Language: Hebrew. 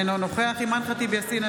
אינו נוכח אימאן ח'טיב יאסין,